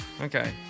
Okay